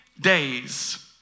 days